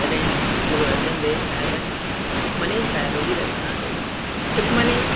तॾहिं गुरु अर्जनदेव साहिबनि सुखमनी साहिब जी रचना कई सुखमनी